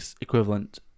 equivalent